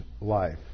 life